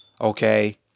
Okay